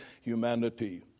humanity